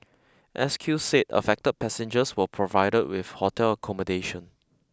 S Q said affected passengers were provided with hotel accommodation